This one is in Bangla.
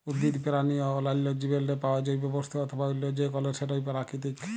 উদ্ভিদ, পেরানি অ অল্যাল্য জীবেরলে পাউয়া জৈব বস্তু অথবা অল্য যে কল সেটই পেরাকিতিক